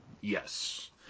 yes